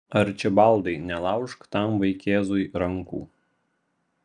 arčibaldai nelaužk tam vaikėzui rankų